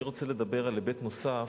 אני רוצה לדבר על היבט נוסף.